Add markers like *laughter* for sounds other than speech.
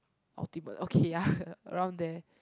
ultimate okay ya *noise* around there